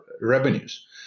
revenues